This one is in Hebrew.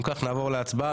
אם כך, נעבור להצבעה.